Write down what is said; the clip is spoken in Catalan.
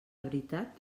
veritat